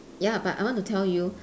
ya but I want to tell you